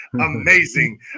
amazing